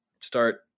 start